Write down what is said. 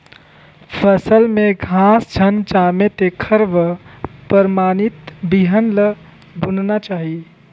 फसल में घास झन जामे तेखर बर परमानित बिहन ल बुनना चाही